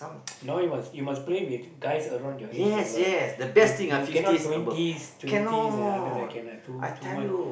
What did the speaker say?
no you must you must play with guys around your age level you you cannot twenties twenties and under like cannot too much